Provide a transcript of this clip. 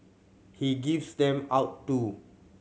he gives them out too